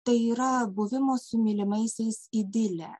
tai yra buvimo su mylimaisiais idilė